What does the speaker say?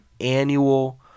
annual